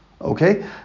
Okay